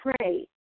pray